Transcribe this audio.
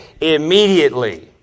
immediately